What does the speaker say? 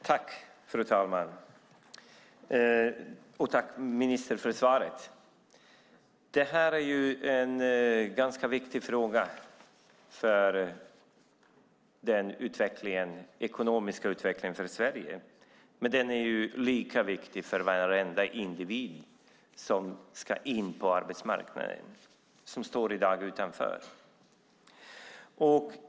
Fru talman! Tack, ministern för svaret! Det här är en viktig fråga för den ekonomiska utvecklingen för Sverige, men den är lika viktig för varenda individ som ska in på arbetsmarknaden och i dag står utanför.